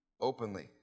openly